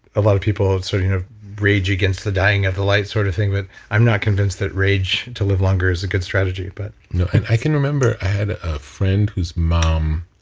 lot of people's sort of rage against the dying of the light sort of thing. but i'm not convinced that rage to live longer is a good strategy but i can remember i had a friend whose mom